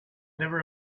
never